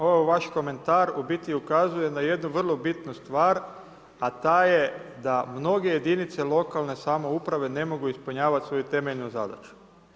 Ovaj vaš komentar ukazuje na jednu vrlo bitnu stvar, a ta je da mnoge jedinice lokalne samouprave ne mogu ispunjavati svoju temeljnu zadaću.